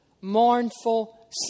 mournful